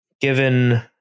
given